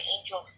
Angel